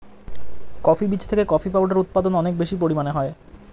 coffee বীজ থেকে coffee powder উৎপাদন অনেক বেশি পরিমাণে হয়